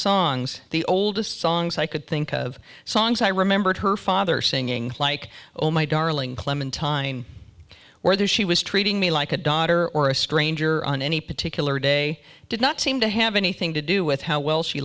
songs the oldest songs i could think of songs i remembered her father singing like oh my darling clementine whether she was treating me like a daughter or a stranger on any particular day did not seem to have anything to do with how well she